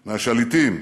מהשליטים.